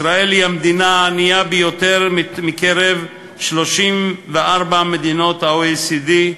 ישראל היא המדינה הענייה ביותר ב-34 מדינות ה-OECD,